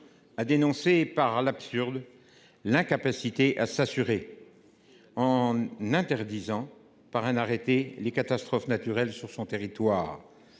a dénoncé par l’absurde l’incapacité à assurer sa commune en interdisant par arrêté les catastrophes naturelles sur son territoire.